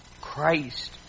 Christ